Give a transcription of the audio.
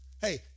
Hey